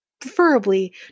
preferably